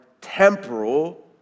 temporal